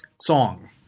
Song